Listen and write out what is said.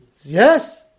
Yes